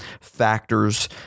factors